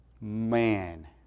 Man